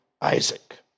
Isaac